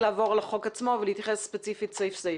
לעבור על החוק עצמו ולהתייחס ספציפית סעיף-סעיף,